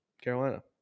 Carolina